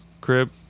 crib